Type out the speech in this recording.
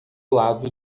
lado